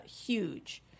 Huge